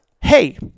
hey